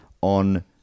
on